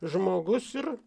žmogus ir